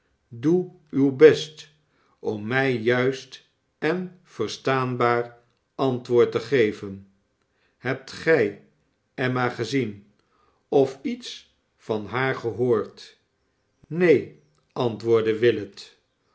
doe uw best om mij juist en verstaanbaar antwoord te seven hebt gij emma gezien of iets van haar gehoordf neen antwoordde willet